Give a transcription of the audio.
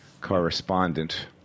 correspondent